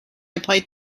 applied